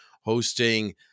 hosting